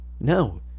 no